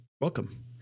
welcome